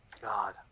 God